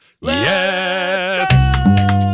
Yes